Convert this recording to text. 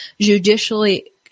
judicially